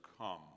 come